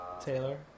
Taylor